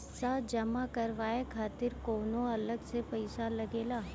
पईसा जमा करवाये खातिर कौनो अलग से पईसा लगेला?